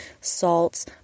salts